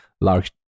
large